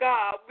God